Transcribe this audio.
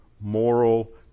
moral